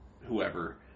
whoever